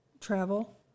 travel